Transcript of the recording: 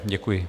Děkuji.